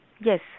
Yes